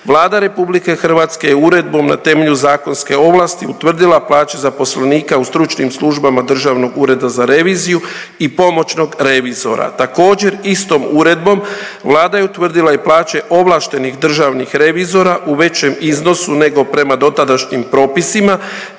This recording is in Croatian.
Vlade RH je uredbom na temelju zakonske ovlasti utvrdila plaće zaposlenika u stručnim službama Državnog ureda za reviziju i pomoćnog revizora. Također istom uredbom Vlada je utvrdila i plaće ovlaštenih državnih revizora u većem iznosu nego prema dotadašnjim propisima